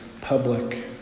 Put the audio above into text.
public